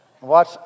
Watch